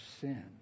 sin